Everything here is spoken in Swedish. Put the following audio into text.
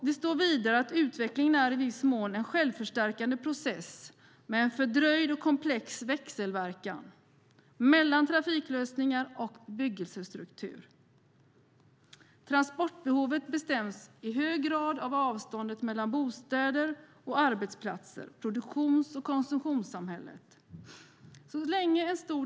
Det står vidare att utvecklingen i viss mån är en självförstärkande process med en fördröjd och komplex växelverkan mellan trafiklösningar och bebyggelsestruktur. Transportbehovet bestäms i hög grad av avståndet mellan bostäder och arbetsplatser, produktions och konsumtionssamhälle.